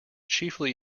chiefly